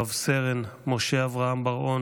רס"ן משה אברהם בר-און,